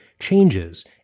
Changes